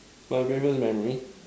my weirdest memory